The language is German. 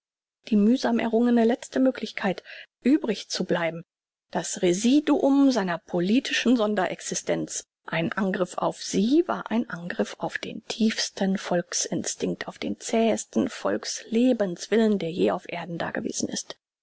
die mühsam errungene letzte möglichkeit übrig zu bleiben das residuum seiner politischen sonder existenz ein angriff auf sie war ein angriff auf den tiefsten volks instinkt auf den zähesten volks lebenswillen der je auf erden dagewesen ist